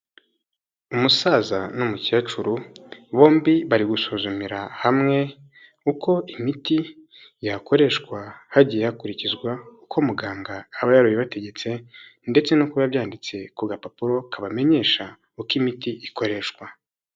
Umusaza n'umukecuru bombi bari gusuzumira hamwe uko imiti yakoreshwa hagiye hakurikizwa uko muganga aba yarabibategetse ndetse no kubabyanditse ku gapapuro kabamenyesha uko imiti ikoreshwa.